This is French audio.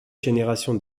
génération